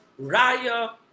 Raya